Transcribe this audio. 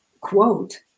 quote